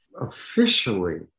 officially